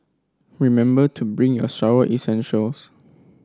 remember to bring your shower essentials